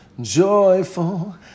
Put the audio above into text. joyful